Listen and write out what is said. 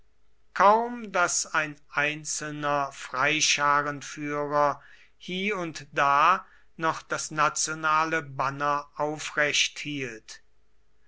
kaum daß ein einzelner freischarenführer hie und da noch das nationale banner aufrecht hielt